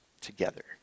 together